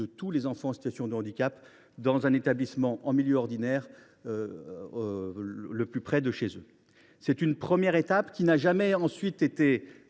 de tous les enfants en situation de handicap dans un établissement en milieu ordinaire le plus près de chez eux. Cette première étape a été